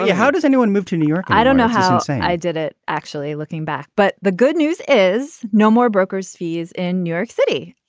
yeah how does anyone move to new york? i don't know how some say i did it, actually, looking back. but the good news is no more brokers fees in new york city.